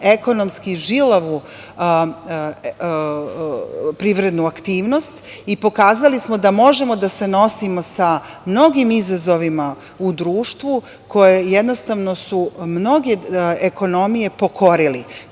ekonomski žilavu privrednu aktivnost i pokazali smo da možemo da se nosimo sa mnogim izazovima u društvu, koje su jednostavno mnoge ekonomije pokorili,